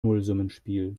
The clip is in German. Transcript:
nullsummenspiel